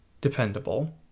dependable